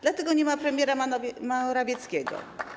Dlatego nie ma premiera Morawieckiego.